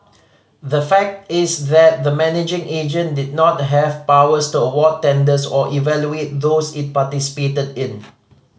the fact is that the managing agent did not have powers to award tenders or evaluate those it participated in